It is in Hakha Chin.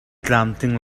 tlamtling